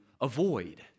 avoid